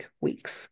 weeks